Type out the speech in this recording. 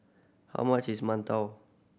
how much is mantou